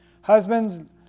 husbands